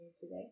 today